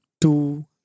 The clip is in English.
two